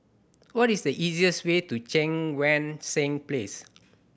what is the easier's way to Cheang Wan Seng Place